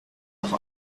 auch